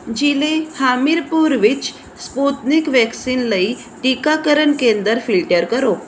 ਜ਼ਿਲ੍ਹੇ ਹਮੀਰਪੁਰ ਵਿੱਚ Sputnik vaccine ਲਈ ਟੀਕਾਕਰਨ ਕੇਂਦਰ ਫਿਲਟਰ ਕਰੋ